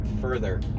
further